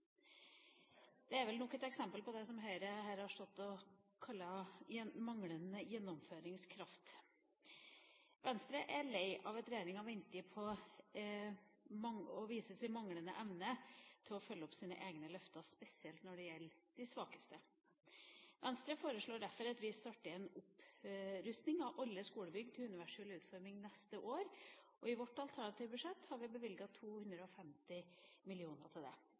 Det er vel nok et eksempel på det Høyre har stått her og kalt manglende gjennomføringskraft. Venstre er lei av at regjeringa viser en manglende evne til å følge opp sine egne løfter, spesielt når det gjelder de svakeste. Venstre foreslår derfor at vi starter en opprusting av alle skolebygg til universell utforming neste år, og i vårt alternative budsjett har vi bevilget 250 mill. kr til det.